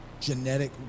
genetic